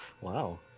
wow